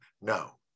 no